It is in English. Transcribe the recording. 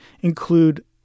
include